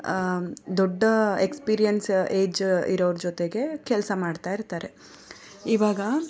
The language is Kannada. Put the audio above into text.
ದೊಡ್ಡ ಎಕ್ಸ್ಪೀರಿಯನ್ಸ್ ಏಜ್ ಇರೋರ ಜೊತೆಗೆ ಕೆಲಸ ಮಾಡ್ತಾಯಿರ್ತಾರೆ ಇವಾಗ